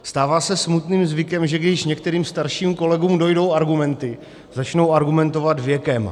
Stává se smutným zvykem, že když některým starším kolegům dojdou argumenty, začnou argumentovat věkem.